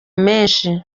menshi